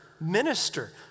Minister